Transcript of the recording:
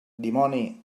dimoni